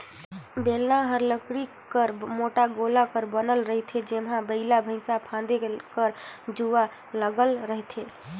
बेलना हर लकरी कर मोट गोला कर बइन रहथे जेम्हा बइला भइसा फादे कर जुवा लगल रहथे